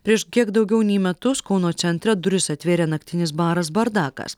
prieš kiek daugiau nei metus kauno centre duris atvėrė naktinis baras bardakas